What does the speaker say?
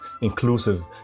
inclusive